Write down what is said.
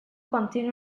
contiene